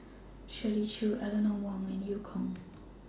Shirley Chew Eleanor Wong and EU Kong